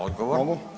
Odgovor.